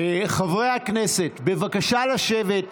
חברי הכנסת, בבקשה לשבת.